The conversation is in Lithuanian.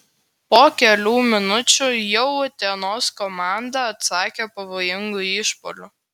po kelių minučių jau utenos komanda atsakė pavojingu išpuoliu